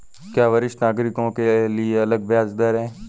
क्या वरिष्ठ नागरिकों के लिए अलग ब्याज दर है?